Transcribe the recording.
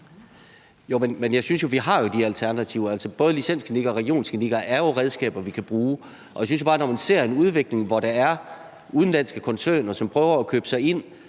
(EL): Men vi har jo de alternativer. Altså, både licensklinikker og regionsklinikker er jo redskaber, vi kan bruge. Jeg synes jo bare, at når man ser en udvikling, hvor der er udenlandske koncerner, som prøver at købe sig ind